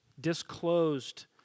disclosed